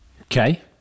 Okay